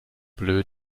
bleu